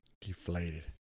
Deflated